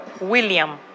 William